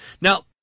now